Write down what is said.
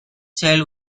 child